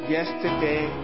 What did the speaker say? Yesterday